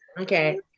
Okay